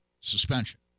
suspension